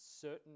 certain